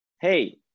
hey